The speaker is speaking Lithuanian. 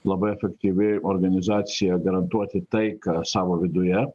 labai efektyvi organizacija garantuoti taiką savo viduje